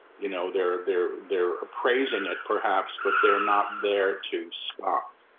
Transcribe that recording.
you know, they're, they're they're appraising it perhaps, but they're not there to stop.